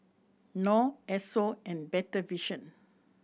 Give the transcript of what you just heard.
Knorr Esso and Better Vision